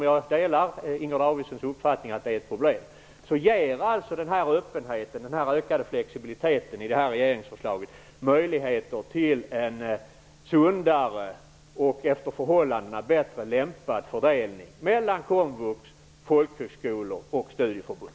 Jag delar Inger Davidsons uppfattning att de är ett problem. Öppenheten och den ökade flexibiliteten i regeringsförslaget ger möjligheter till en sundare och efter förhållandena bättre lämpad fördelning mellan komvux, folkhögskolor och studieförbund.